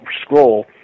scroll